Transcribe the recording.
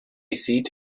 seat